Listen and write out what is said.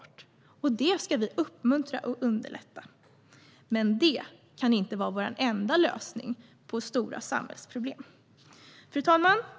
Det ska vi uppmuntra och underlätta. Men det kan inte vara vår enda lösning på stora samhällsproblem. Fru talman!